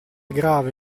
grave